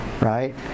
Right